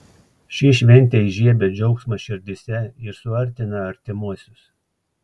ši šventė įžiebia džiaugsmą širdyse ir suartina artimuosius